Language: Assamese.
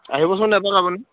আহিবচোন এপাক আপুনি